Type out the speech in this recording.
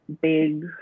big